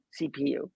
CPU